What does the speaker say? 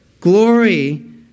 glory